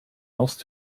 else